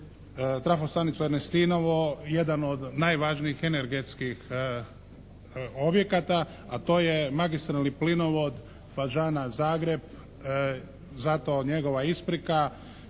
trafostanicu Ernestinovo jedan od najvažnijih energetskih objekata a to je magistralni plinovod Fažana-Zagreb. Zato njegova isprika